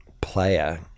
player